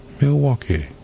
Milwaukee